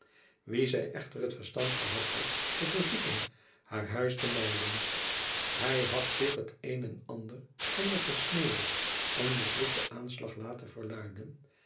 wien zy echter het verstand gehad had te verzoeken haar huis te mijden hy had zich het een en ander van den gesmeden en mislukten aanslag laten verluiden